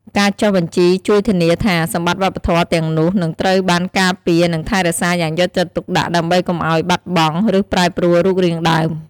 ការចុះបញ្ជីជួយធានាថា សម្បត្តិវប្បធម៌ទាំងនោះនឹងត្រូវបានការពារ និងថែរក្សាយ៉ាងយកចិត្តទុកដាក់ ដើម្បីកុំឱ្យបាត់បង់ ឬប្រែប្រួលរូបរាងដើម។